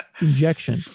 injection